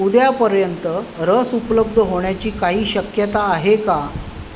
उद्यापर्यंत रस उपलब्ध होण्याची काही शक्यता आहे का